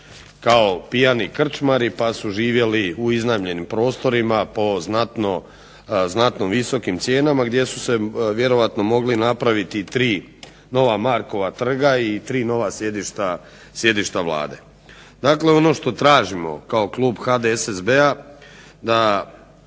kao pijani krčmari pa su živjeli u iznajmljenim prostorima po znatno visokim cijenama gdje su se vjerojatno mogla napraviti tri nova Markova trga i tri nova sjedišta Vlade. Dakle, ono što tražimo kao Klub HDSSB-a da